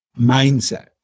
Mindset